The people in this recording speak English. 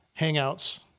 hangouts